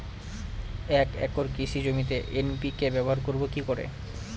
এক একর কৃষি জমিতে এন.পি.কে ব্যবহার করব কি করে?